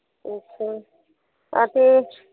आओर की अथि